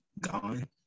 gone